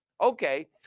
Okay